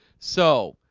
so